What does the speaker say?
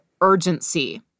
urgency